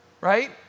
right